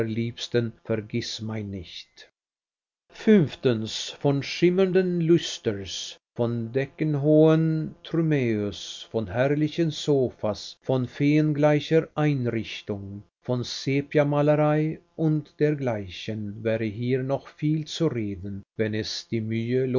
vergißmeinnicht fünftens von schimmernden lüsters von deckenhohen trumeaus von herrlichen sofas von feengleicher einrichtung von sepiamalerei und dergleichen wäre hier noch viel zu reden wenn es die mühe